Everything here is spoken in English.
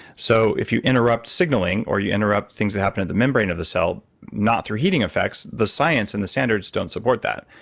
so, if you interrupt signaling or you interrupt things that happen in the membrane of the cell, not through heating effects, the science and the standards don't support that.